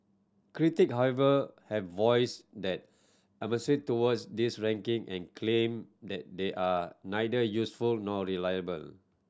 critic however have voiced their towards these ranking and claim that they are neither useful nor reliable